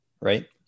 right